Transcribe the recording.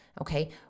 okay